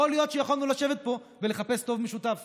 יכול להיות שיכולנו לשבת פה ולחפש טוב משותף